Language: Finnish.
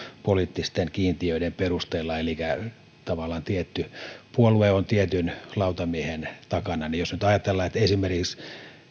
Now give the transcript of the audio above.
poliittisten kiintiöiden perusteella elikkä että tavallaan tietty puolue on tietyn lautamiehen takana niin jos nyt ajatellaan että esimerkiksi